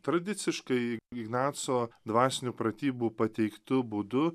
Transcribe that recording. tradiciškai ignaco dvasinių pratybų pateiktu būdu